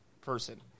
person